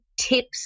tips